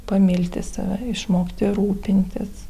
pamilti save išmokti rūpintis